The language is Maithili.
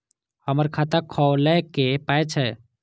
हमर खाता खौलैक पाय छै